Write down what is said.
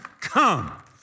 come